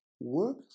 Work